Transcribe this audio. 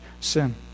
sin